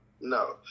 no